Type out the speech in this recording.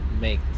make